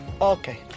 Okay